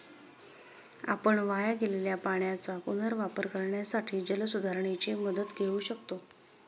आपण वाया गेलेल्या पाण्याचा पुनर्वापर करण्यासाठी जलसुधारणेची मदत घेऊ शकतो